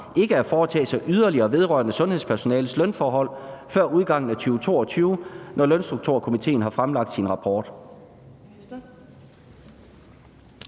ikke at foretage sig yderligere vedrørende sundhedspersonalets lønforhold før udgangen af 2022, når lønstrukturkomitéen har fremlagt sin rapport?